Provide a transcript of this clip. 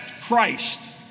Christ